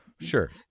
sure